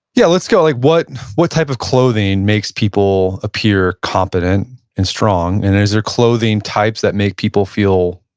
yeah, let's go like, what what type of clothing makes people appear competent and strong? and then, is there clothing types that make people feel,